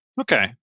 Okay